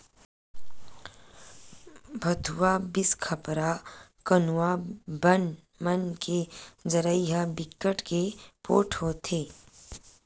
भथुवा, बिसखपरा, कनकुआ बन मन के जरई ह बिकट के पोठ होथे